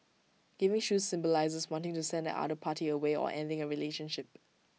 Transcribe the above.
giving shoes symbolises wanting to send the other party away or ending A relationship